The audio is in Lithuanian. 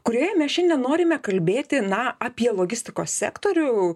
kurioje mes šiandien norime kalbėti na apie logistikos sektorių